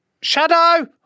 shadow